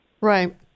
Right